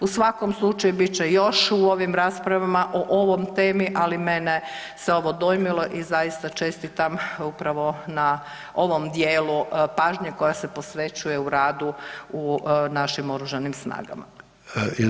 U svakom slučaju bit će još u ovim raspravama o ovoj temi, ali mene se ovo dojmilo i zaista čestitam upravo na ovom dijelu pažnje koja se posvećuje u radu u našim oružanim snagama.